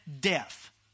death